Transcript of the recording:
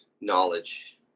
knowledge